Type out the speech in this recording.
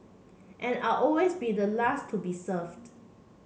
and I always be the last to be served